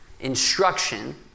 instruction